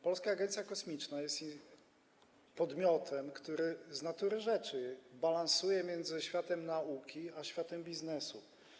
Polska Agencja Kosmiczna jest podmiotem, który z natury rzeczy balansuje między światem nauki a światem biznesu.